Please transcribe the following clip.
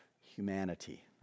humanity